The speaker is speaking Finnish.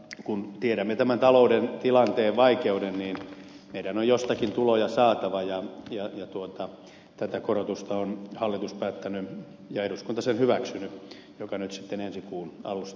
kun tiedämme tämän talouden tilanteen vaikeuden niin meidän on jostakin tuloja saatava ja tästä korotuksesta on hallitus päättänyt ja eduskunta sen hyväksynyt ja se nyt sitten ensi kuukauden alusta alkaa